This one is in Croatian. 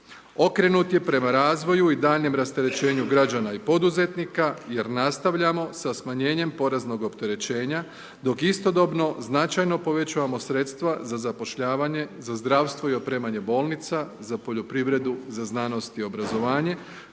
Okrenut je prema razvoju i daljnjem rasterećenju građana i poduzetnika jer nastavljamo sa smanjenjem poreznog opterećenja dok istodobno značajno povećavamo sredstva za zapošljavanje, za zdravstvo i opremanje bolnica, za poljoprivredu, za znanost i obrazovanje,